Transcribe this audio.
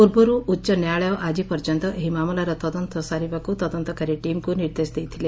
ପୂର୍ବରୁ ଉଚ ନ୍ୟାୟାଳୟ ଆକି ପର୍ଯ୍ୟନ୍ତ ଏହି ମାମଲାର ତଦନ୍ତ ସାରିବାକୁ ତଦନ୍ତକାରୀ ଟିମ୍କୁ ନିର୍ଦ୍ଦେଶ ଦେଇଥିଲେ